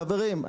--- חברים,